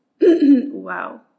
wow